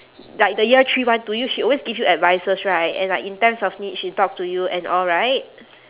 like the year three one to you she always give you advices right and like in times of need she talk to you and all right